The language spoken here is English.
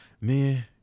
man